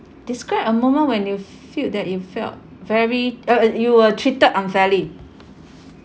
describe a moment when you feel that you felt very uh uh you were treated unfairly